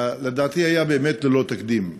לדעתי באמת היה ללא תקדים.